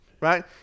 right